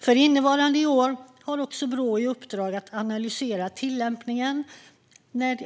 För innevarande år har Brå också i uppdrag att analysera tillämpningen